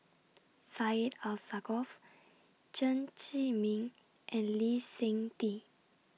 Syed Alsagoff Chen Zhiming and Lee Seng Tee